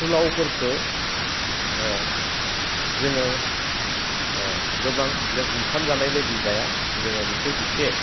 फुलावफोरखो जोङो गोबां जों ओंखाम जानाय बायदि जाया जोङो बिखौ इसे